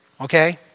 Okay